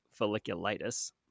folliculitis